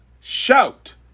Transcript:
Shout